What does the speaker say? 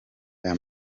aya